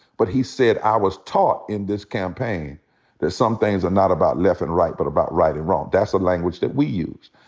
but he said, i was taught in this campaign that some things are not about left and right but about right and wrong. that's the language that we use.